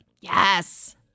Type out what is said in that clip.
Yes